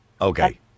Okay